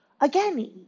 again